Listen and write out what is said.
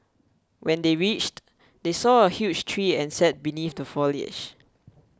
when they reached they saw a huge tree and sat beneath the foliage